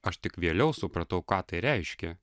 aš tik vėliau supratau ką tai reiškia